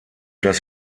das